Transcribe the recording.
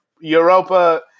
Europa